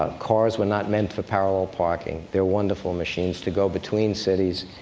ah cars were not meant for parallel parking they're wonderful machines to go between cities,